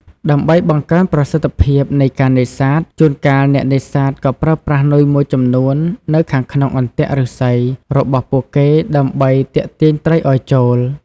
ដើម្បីបង្កើនប្រសិទ្ធភាពនៃការនេសាទ ជួនកាលអ្នកនេសាទក៏ប្រើប្រាស់នុយមួយចំនួននៅខាងក្នុងអន្ទាក់ឫស្សីរបស់ពួកគេដើម្បីទាក់ទាញត្រីឲ្យចូល។